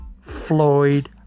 Floyd